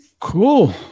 cool